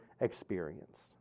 experienced